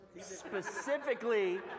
specifically